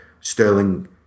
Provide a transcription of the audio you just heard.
Sterling